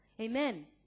Amen